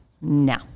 No